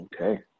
Okay